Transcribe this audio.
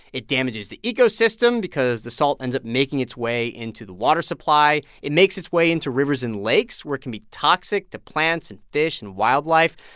it damages the ecosystem because the salt ends up making its way into the water supply. it makes its way into rivers and lakes, where it can be toxic to plants and fish and wildlife.